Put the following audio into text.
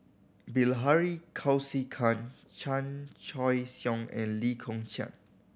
Bilahari Kausikan Chan Choy Siong and Lee Kong Chian